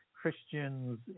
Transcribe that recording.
christians